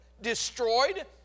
destroyed